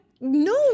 no